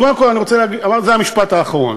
אז קודם כול, זה המשפט האחרון.